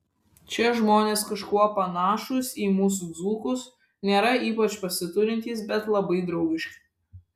čia žmonės kažkuo panašūs į mūsų dzūkus nėra ypač pasiturintys bet labai draugiški